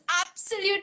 absolute